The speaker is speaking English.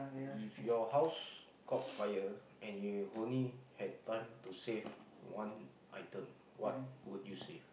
if your house caught fire and you only had time to save one item what would you save